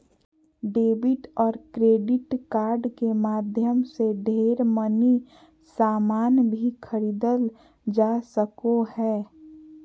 debit और credit card के माध्यम से ढेर मनी सामान भी खरीदल जा सको हय